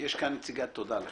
תודה.